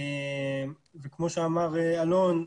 וכמו שאמר אלון,